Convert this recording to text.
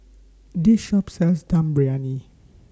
This Shop sells Dum Briyani